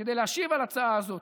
כדי להשיב על ההצעה הזאת.